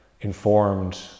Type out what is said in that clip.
informed